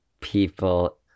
People